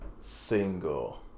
single